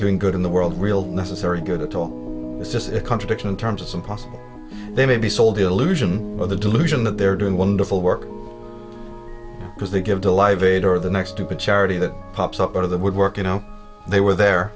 doing good in the world real necessary good at all it's just a contradiction in terms it's impossible they may be sold the illusion of the delusion that they're doing wonderful work because they give to live aid or the next to the charity that pops up out of the woodwork you know they were there